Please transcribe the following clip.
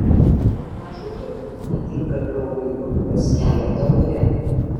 pone ažukalni įtinka draugui kunigas kelia taurę